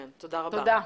תודה.